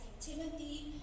Timothy